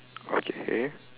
okay